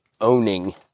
owning